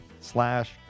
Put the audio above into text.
slash